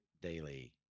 daily –